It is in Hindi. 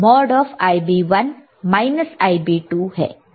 Ib1 Ib2